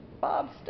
bob's